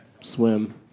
swim